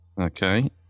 Okay